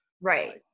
Right